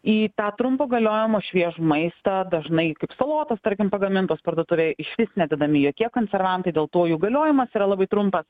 į tą trumpo galiojimo šviežų maistą dažnai tik salotos tarkim pagamintos parduotuvėj išvis nededami jokie konservantai dėl to jų galiojimas yra labai trumpas